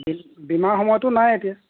বীমাৰ সময়তো নাই এতিয়া